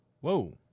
Whoa